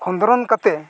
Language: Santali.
ᱠᱷᱚᱸᱫᱽᱨᱚᱱ ᱠᱟᱛᱮᱫ